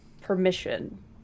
permission